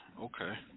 okay